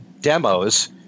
demos